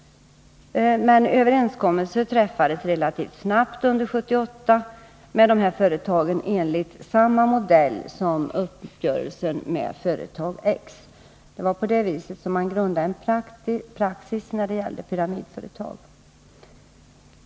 Överenskommelser träffades relativt snabbt under 1978 med dessa företag enligt samma modell som uppgörelsen med företag X. På det viset grundades en praxis när det gäller pyramidföretag.